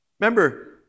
remember